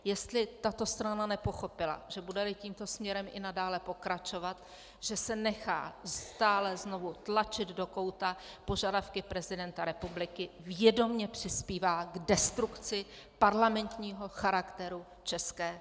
Jestli tato strana nepochopila, že budeli tímto směrem i nadále pokračovat, že se nechá stále znovu tlačit do kouta požadavky prezidenta republiky, vědomě přispívá k destrukci parlamentního charakteru České republiky.